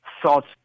Thoughts